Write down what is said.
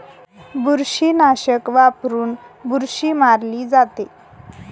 बुरशीनाशक वापरून बुरशी मारली जाते